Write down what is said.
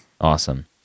awesome